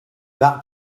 that